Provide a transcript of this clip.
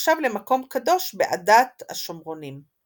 הנחשב למקום קדוש לעדת השומרונים.